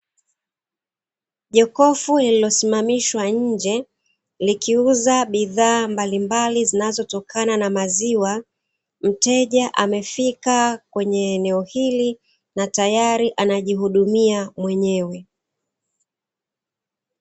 Jokofu lililosimamishwa nje likiuza bidhaa mbalimbali zinazotokana na maziwa, mteja amefika kwenye eneo hili na tayari anajihudumia mwenyewe.